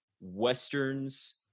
westerns